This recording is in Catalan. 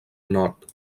nord